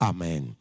Amen